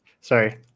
Sorry